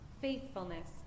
faithfulness